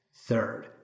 Third